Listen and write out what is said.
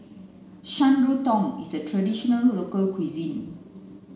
shan rui tang is a traditional local cuisine